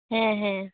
ᱦᱮᱸ ᱦᱮᱸ